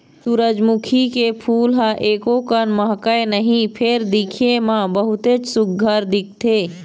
सूरजमुखी के फूल ह एकोकन महकय नहि फेर दिखे म बहुतेच सुग्घर दिखथे